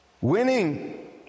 Winning